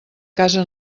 casa